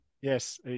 Yes